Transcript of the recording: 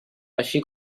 així